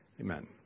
Amen